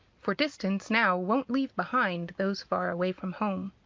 for distance now won't leave behind those far away from home.